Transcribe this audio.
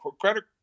credit